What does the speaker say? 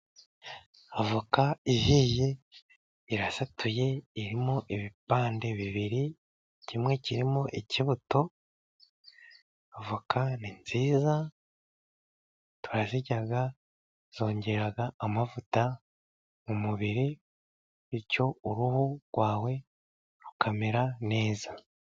Avoka ihiye irasatuye, irimo ibipande bibiri, kimwe kirimo ikibuto. Avoka ni nziza turazirya zongera amavuta mu mubiri, bityo uruhu rwawe rukamera neza.